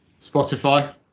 Spotify